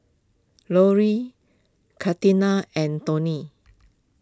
Loree Catina and Toni